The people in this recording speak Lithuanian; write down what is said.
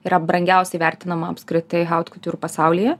yra brangiausiai vertinama apskritai haut kutiur pasaulyje